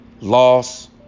loss